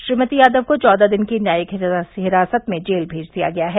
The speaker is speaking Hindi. श्रीमती यादव को चौदह दिन की न्यायिक हिरासत में जेल भेज दिया गया है